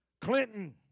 Clinton